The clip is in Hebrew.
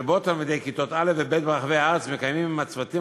שבה תלמידי כיתות א' וב' ברחבי הארץ מקיימים עם הצוותים